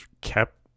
kept